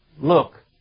look